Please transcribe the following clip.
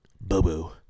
boo-boo